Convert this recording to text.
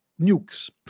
nukes